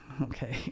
Okay